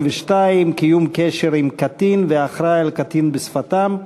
22) (קיום קשר עם קטין ואחראי על קטין בשפתם),